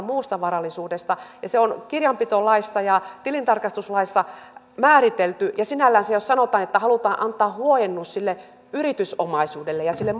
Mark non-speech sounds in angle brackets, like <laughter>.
<unintelligible> muusta varallisuudesta ja se on kirjanpitolaissa ja tilintarkastuslaissa määritelty ja sinällänsä jos sanotaan että halutaan antaa huojennus sille yritysomaisuudelle ja sille <unintelligible>